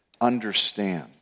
understand